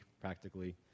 practically